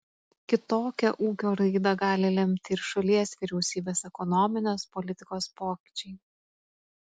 kitokią ūkio raidą gali lemti ir šalies vyriausybės ekonominės politikos pokyčiai